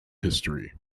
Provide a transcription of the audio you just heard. history